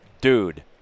Dude